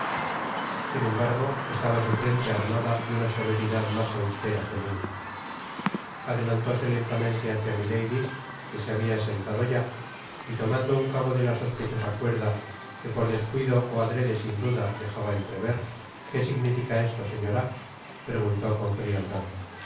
sin embargo estaba su frente armada de una severidad mas austera que nunca adelantóse lentamente hácia milady que se habia sentado ya y tomando un cabo de la sospechosa cuerda que por descuido ó adrede sin duda dejaba entrever qué significa esto señora preguntó con frialdad